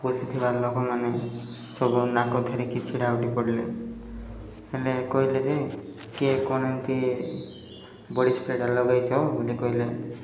ପୋଷିଥିବା ଲୋକମାନେ ସବୁ ନାକ ଧରିକି ଛିଡ଼ା ଉଠି ପଡ଼ିଲେ ହେଲେ କହିଲେ ଯେ କିଏ କ'ଣ ଏମିତି ବଡ଼ି ସ୍ପ୍ରେଟା ଲଗାଇଛ ବୋଲି କହିଲେ